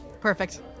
Perfect